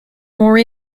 more